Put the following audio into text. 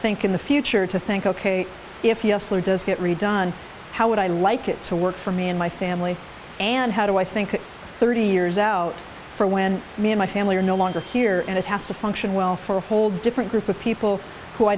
think in the future to think ok if he does get redone how would i like it to work for me and my family and how do i think thirty years out for when me and my family are no longer here and it has to function well for a whole different group of people who i